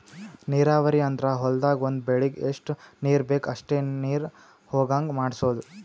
ನೀರಾವರಿ ಅಂದ್ರ ಹೊಲ್ದಾಗ್ ಒಂದ್ ಬೆಳಿಗ್ ಎಷ್ಟ್ ನೀರ್ ಬೇಕ್ ಅಷ್ಟೇ ನೀರ ಹೊಗಾಂಗ್ ಮಾಡ್ಸೋದು